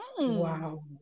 Wow